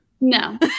No